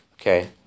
Okay